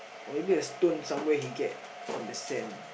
or maybe a stone somewhere he get from the sand